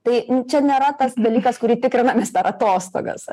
tai čia nėra tas dalykas kurį tikrinamės per atostogas